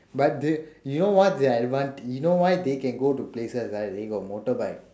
but they you know what their advanta~ you know why they can go to places right they got motorbike